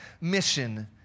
mission